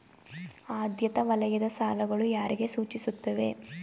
ಆದ್ಯತಾ ವಲಯದ ಸಾಲಗಳು ಯಾರಿಗೆ ಸೂಚಿಸುತ್ತವೆ?